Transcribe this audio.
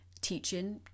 teaching